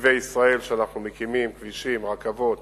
בנתיבי ישראל שאנחנו מקימים, כבישים, רכבות